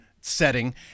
setting